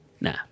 Nah